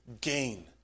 gain